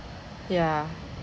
yeah